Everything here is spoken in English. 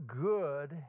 good